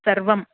सर्वम्